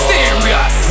Serious